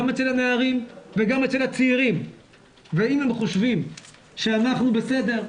גם אצל הנערים וגם אצל הצעירים ואם הם חושבים ש'אנחנו בסדר,